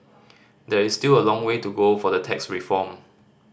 there is still a long way to go for the tax reform